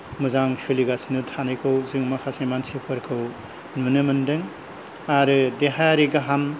मोजां सोलिगासिनो थानायखौ जों माखासे मानसिफोरखौ नुनो मोनदों आरो देहायारि गाहाम